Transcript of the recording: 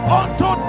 unto